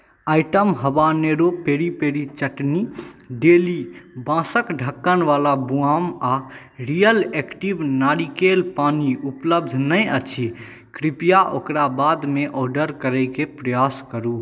item habanero peri peri chutney डेली बाँसक ढक्कनवला बुआम आ रियल एक्टिव नारिकेल पानी उपलब्ध नहि अछि कृपया ओकरा बादमे ऑर्डर करयके प्रयास करू